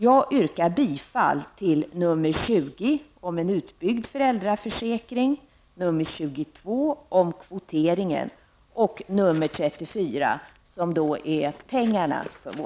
Jag yrkar bifall till reservation 20 om en utbyggd föräldraförsäkring, till reservation 22